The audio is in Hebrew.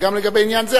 וגם בעניין זה.